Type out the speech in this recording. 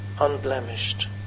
unblemished